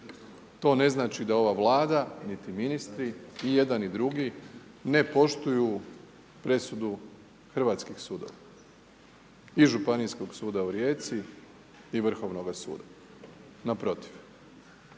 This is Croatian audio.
To ne znači da ova Vlada niti ministri i jedan i drugi ne poštuju presudu hrvatskih sudova. I Županijskog suda u Rijeci i Vrhovnoga suda, naprotiv.